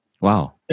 Wow